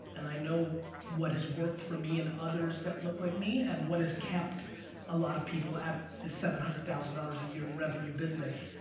and i know what has worked for me and others that look like me and what has kept a lot of people at the seven hundred thousand dollars a year in revenue business.